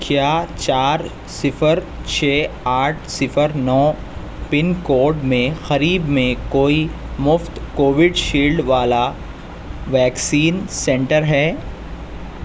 کیا چار صفر چھ آٹھ صفر نو پن کوڈ میں قریب میں کوئی مفت کووشیلڈ والا ویکسین سینٹر ہے